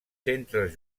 centres